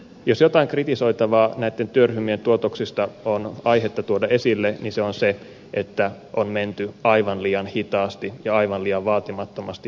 jos jotain kritisoitavaa näitten työryhmien tuotoksista on aihetta tuoda esille niin se on se että on menty aivan liian hitaasti ja aivan liian vaatimattomasti eteenpäin